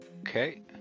Okay